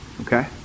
okay